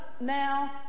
now